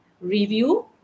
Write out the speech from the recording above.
review